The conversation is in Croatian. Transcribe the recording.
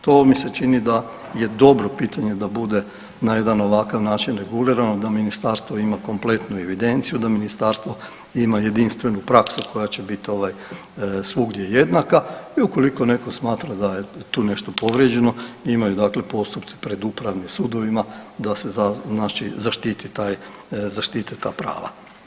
To mi se čini da je dobro pitanje da bude na jedan ovakav način regulirano da ministarstvo ima kompletnu evidenciju, da ministarstvo ima jedinstvenu praksu koja će bit ovaj svugdje jednaka i ukoliko netko smatra da je tu nešto povrijeđeno imaju dakle postupci pred upravnim sudovima da se znači zaštiti taj, zaštite ta prava.